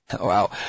wow